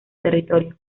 territorio